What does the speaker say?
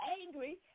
angry